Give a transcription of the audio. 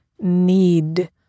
need